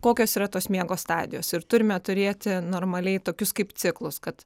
kokios yra tos miego stadijos ir turime turėti normaliai tokius kaip ciklus kad